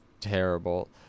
terrible